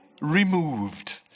removed